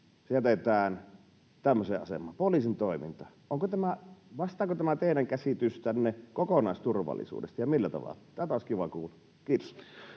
jätetään tämmöiseen asemaan, poliisin toiminta. Vastaako tämä teidän käsitystänne kokonaisturvallisuudesta, ja millä tavalla? Tämä olisi kiva kuulla. — Kiitos.